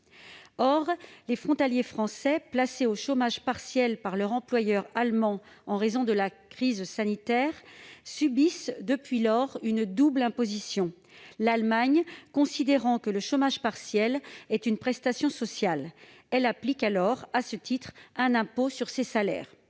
Or, les frontaliers français placés en chômage partiel par leur employeur allemand en raison de la crise sanitaire subissent depuis lors une double imposition : l'Allemagne, considérant que le chômage partiel est une prestation sociale, applique à ce titre un impôt sur ces salaires.